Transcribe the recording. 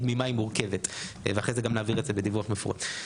ממה היא מורכבת ואחרי זה גם נעביר את זה בדיווח מפורט.